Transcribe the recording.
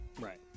right